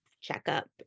checkup